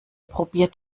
probiert